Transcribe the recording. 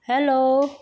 hello